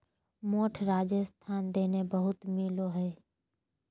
मोठ राजस्थान दने बहुत मिलो हय